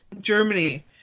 Germany